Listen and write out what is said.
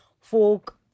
folk